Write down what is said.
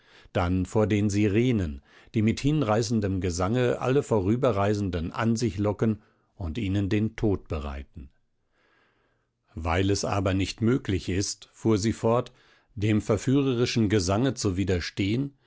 dann vor den sirenen die mit hinreißendem gesange alle vorüberreisenden an sich locken und ihnen den tod bereiten weil es aber nicht möglich ist fuhr sie fort den verführerischen gesange zu widerstehen